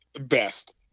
best